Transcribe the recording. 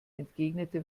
entgegnete